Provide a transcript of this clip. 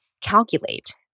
calculate